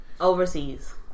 Overseas